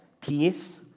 peace